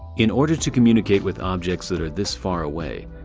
in order to communicate with objects that are this far away,